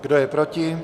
Kdo je proti?